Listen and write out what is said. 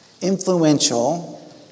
influential